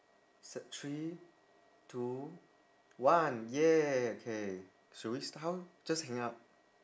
three two one yeah okay should we st~ how just hang up